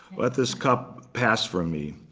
let this cup pass from me.